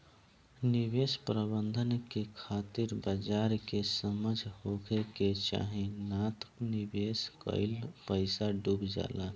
निवेश प्रबंधन के खातिर बाजार के समझ होखे के चाही नात निवेश कईल पईसा डुब जाला